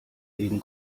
eben